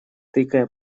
тыкая